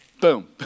boom